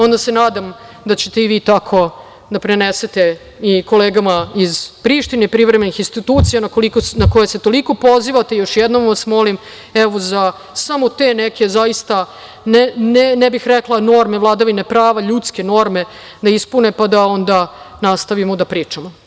Onda se nadam da ćete i vi tako da prenesete i kolegama iz Prištine, privremenih institucija na koje se toliko pozivate, još jednom vas molim evo za samo te neke zaista, ne bih rekla norme vladavine prava, ljudske norme da ispune, pa da onda nastavimo da pričamo.